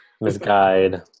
misguide